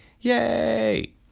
Yay